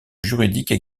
juridiques